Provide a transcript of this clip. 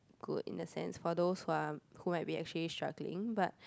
good in the sense for those who are who might be actually struggling but